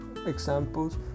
examples